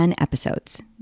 episodes